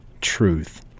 truth